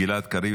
גלעד קריב,